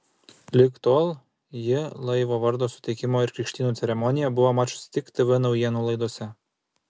lig tol ji laivo vardo suteikimo ir krikštynų ceremoniją buvo mačiusi tik tv naujienų laidose